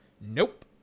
Nope